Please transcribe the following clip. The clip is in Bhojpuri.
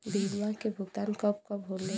बीमा के भुगतान कब कब होले?